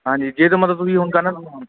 ਹਾਂਜੀ ਜੇ ਤਾਂ ਮਤਲਬ ਤੁਸੀਂ ਹੁਣ ਕਰਨਾ